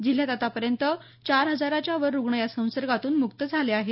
जिल्ह्यात आतापर्यंत चार हजाराच्या वर रुग्ण या संसगोतून मुक्त झाले आहेत